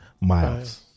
miles